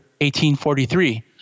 1843